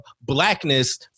blackness